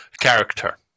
character